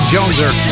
Joneser